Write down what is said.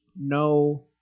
no